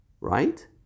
right